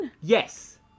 Yes